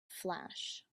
flash